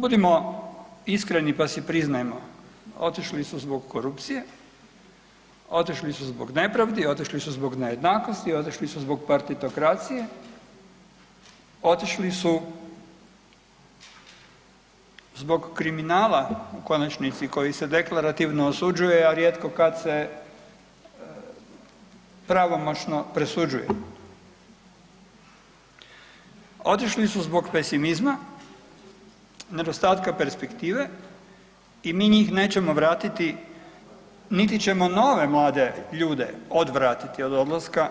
Budimo iskreni pa si priznajmo, otišli su zbog korupcije, otišli su zbog nepravdi, otišli su zbog nejednakosti, otišli su zbog partitokracije, otišli su zbog kriminala u konačnici koji se deklarativno osuđuje, a rijetko kad se pravomoćno presuđuje, otišli su zbog pesimizma, nedostatka perspektive i mi njih nećemo vratiti niti ćemo nove mlade ljude odvratiti od odlaska